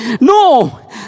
No